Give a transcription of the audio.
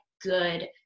good